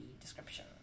description